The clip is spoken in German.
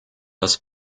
das